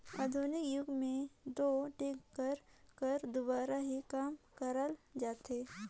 आधुनिक जुग मे दो टेक्टर कर दुवारा ही काम करल जाथे